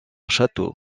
château